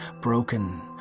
Broken